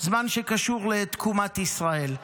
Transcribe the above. זמן שקשור לתקומת ישראל.